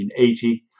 1980